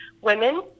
women